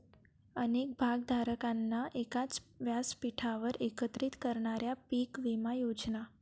अनेक भागधारकांना एकाच व्यासपीठावर एकत्रित करणाऱ्या पीक विमा योजना